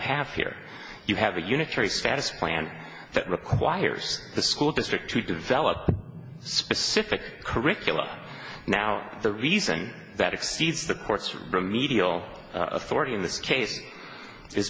have here you have a unitary status plan that requires the school district to develop specific curriculum now the reason that exceeds the court's remedial authority in this case is